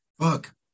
Fuck